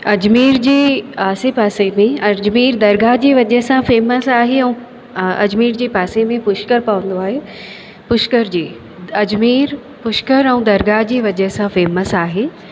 अजमेर जे आसे पासे में अजमेर दरगाह जी वजह सां फेमस आहे ऐं अजमेर जे पासे में पुष्कर पवंदो आहे पुष्कर जी अजमेर पुष्कर ऐं दरगाह जी वजह सां फेमस आहे